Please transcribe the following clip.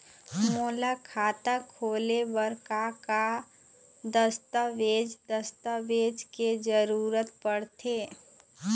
मोला खाता खोले बर का का दस्तावेज दस्तावेज के जरूरत पढ़ते?